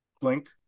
Blink